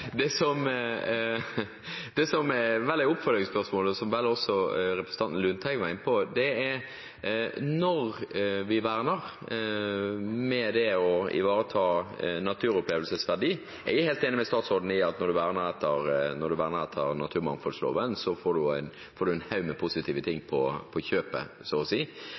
Det som vel er oppfølgingsspørsmålet, som også representanten Lundteigen var inne på, er når vi verner for å ivareta naturopplevelsesverdi. Jeg er helt enig med statsråden i at når man verner etter naturmangfoldloven, får man en haug med positive ting på kjøpet, så å si,